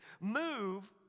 Move